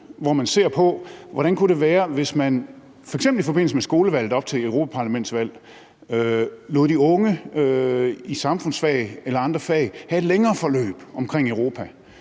hvor man ser på, hvordan det kunne være. Man kunne f.eks. i forbindelse med skolevalget op til et europaparlamentsvalg lade de unge i samfundsfag eller andre fag have et længere forløb omkring Europa